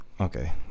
Okay